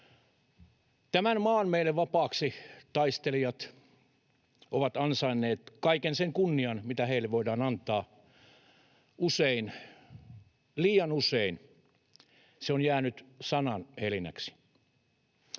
Tämän maan meille vapaaksi taistelijat ovat ansainneet kaiken sen kunnian, mitä heille voidaan antaa. Usein, liian usein, se on jäänyt sanahelinäksi.